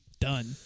done